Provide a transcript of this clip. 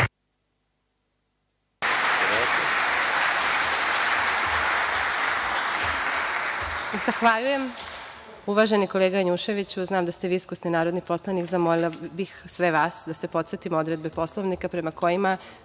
Zahvaljujem, uvaženi kolega Janjuševiću. Znam da ste vi iskusni narodni poslanik, zamolila bih sve vas da se podsetimo odredbe Poslovnika prema kojima